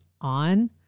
on